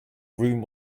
room